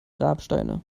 grabsteine